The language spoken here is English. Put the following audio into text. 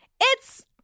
It's-